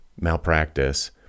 malpractice